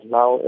now